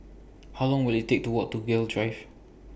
How Long Will IT Take to Walk to Gul Drive